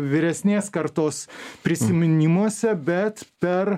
vyresnės kartos prisiminimuose bet per